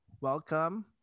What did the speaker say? welcome